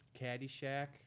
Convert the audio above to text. Caddyshack